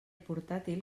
portàtil